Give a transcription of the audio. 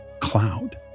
cloud